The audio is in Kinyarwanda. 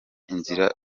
inzira